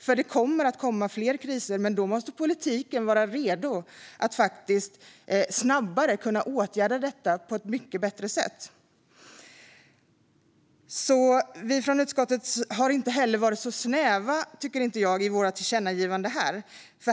Det kommer nämligen att komma fler kriser, men då måste politiken vara redo så att man snabbare kan åtgärda detta på ett mycket bättre sätt. Jag tycker inte att vi i utskottet har varit snäva i vårt tillkännagivande.